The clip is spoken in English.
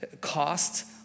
cost